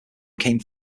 came